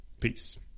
Peace